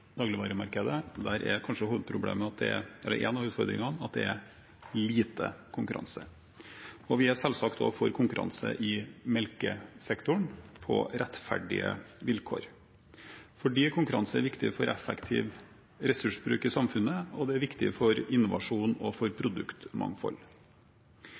dagligvaremarkedet. Der er kanskje en av utfordringene at det er lite konkurranse. Vi er selvsagt også for konkurranse i melkesektoren – på rettferdige vilkår. Konkurranse er viktig for effektiv ressursbruk i samfunnet, og det er viktig for innovasjon og